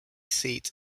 seat